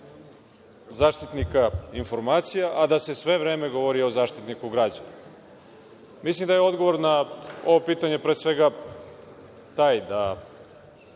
Zaštitnika informacija, a da se sve vreme govori o Zaštitniku građana. Mislim da je odgovor na ovo pitanje, pre svega, taj da